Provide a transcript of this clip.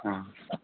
হ্যাঁ